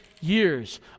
years